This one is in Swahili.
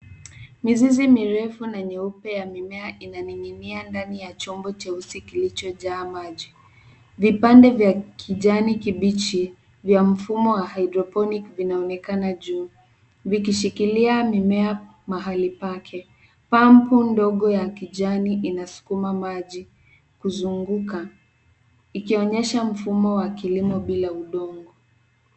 Mizizi mirefu na nyeupe ya mimea inaning'inia ndani ya chombo cheusi kilichojaa maji. Vipande vya kijani kibichi vya mfumo wa hydroponic vinaonekana juu, vikishikilia mimea mahali pake. Pampu ndogo ya kijani inasukuma maji kuzunguka, ikionyesha mfumo wa kilimo bila udongo.